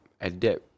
adapt